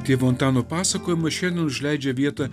tėvo antano pasakojimas šiandien užleidžia vietą